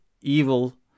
evil